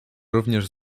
również